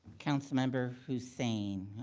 councilmember hussain.